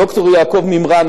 ד"ר יעקב מימרן,